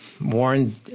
Warren